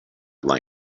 length